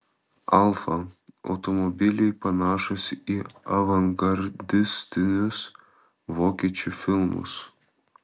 alfa automobiliai panašūs į avangardistinius vokiečių filmus